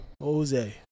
Jose